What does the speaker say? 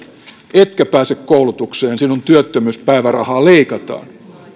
etkä pääse koulutukseen sinun työttömyyspäivärahaasi leikataan